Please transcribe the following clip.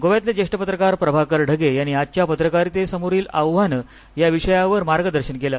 गोव्यातले ज्येष्ठ पत्रकार प्रभाकर ढगे यांनी आजच्या पत्रकारितेसमोरील आव्हानं या विषयावर मार्गदर्शन केलं